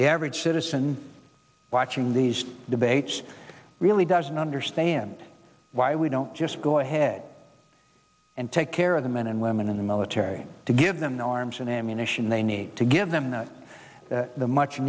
the average citizen watching these debates really doesn't understand why we don't just go ahead and take care of the men and women in the military to give them the arms and ammunition they need to give them and the much